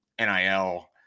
NIL